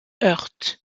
heurte